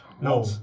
No